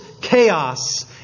chaos